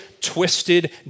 twisted